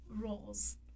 roles